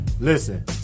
listen